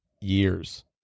years